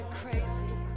crazy